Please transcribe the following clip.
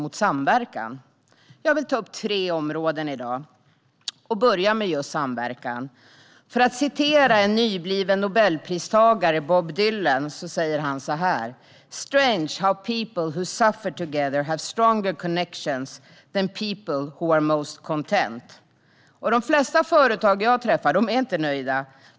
Jag ska ta upp tre områden och börjar med just samverkan. Låt mig citera en nybliven Nobelpristagare, Bob Dylan: "Strange how people who suffer together have stronger connections than people who are most content." De flesta företagare jag träffar är inte nöjda.